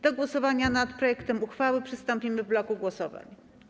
Do głosowania nad projektem uchwały przystąpimy w bloku głosowań.